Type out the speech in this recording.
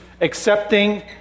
accepting